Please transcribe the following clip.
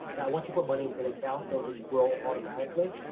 that once you put money into the accounts, they'll just grow automatically.